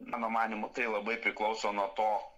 mano manymu tai labai priklauso nuo to